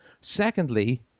Secondly